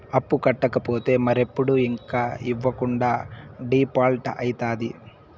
అప్పు కట్టకపోతే మరెప్పుడు ఇంక ఇవ్వకుండా డీపాల్ట్అయితాది